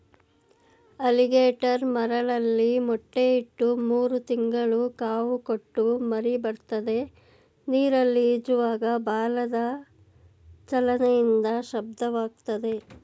alligator ಮರಳಲ್ಲಿ ಮೊಟ್ಟೆ ಇಟ್ಟು ಮೂರು ತಿಂಗಳು ಕಾವು ಕೊಟ್ಟು ಮರಿಬರ್ತದೆ ನೀರಲ್ಲಿ ಈಜುವಾಗ ಬಾಲದ ಚಲನೆಯಿಂದ ಶಬ್ದವಾಗ್ತದೆ